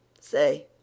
Say